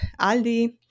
Aldi